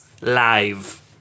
live